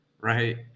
right